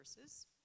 verses